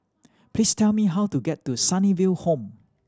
please tell me how to get to Sunnyville Home